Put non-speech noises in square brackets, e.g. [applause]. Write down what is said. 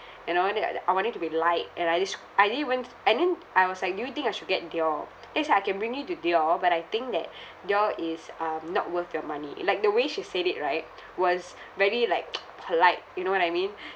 you know and that that uh I want it to be light and I desc~ I didn't even and then I was like do you think I should get Dior then she said I can bring you to Dior but I think that Dior is um not worth your money uh like the way she said it right was very like [noise] polite you know what I mean